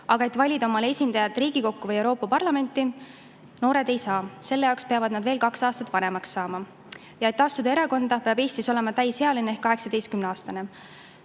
Aga valida omale esindajad Riigikokku või Euroopa Parlamenti noored ei saa, selle jaoks peavad nad veel kaks aastat vanemaks saama. Erakonda astumiseks peab Eestis olema täisealine ehk [vähemalt]